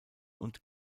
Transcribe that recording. und